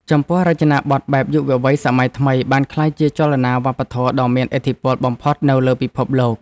ចំពោះរចនាប័ទ្មបែបយុវវ័យសម័យថ្មី បានក្លាយជាចលនាវប្បធម៌ដ៏មានឥទ្ធិពលបំផុតនៅលើពិភពលោក។